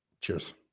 Cheers